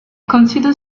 consider